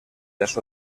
las